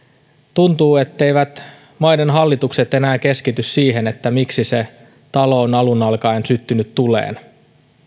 tuntuu etteivät maiden hallitukset enää keskity siihen miksi se talo on alun alkaen syttynyt tuleen